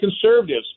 conservatives